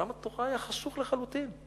עולם התורה היה חשוך לחלוטין.